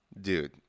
dude